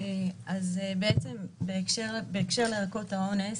בהקשר לערכות האונס,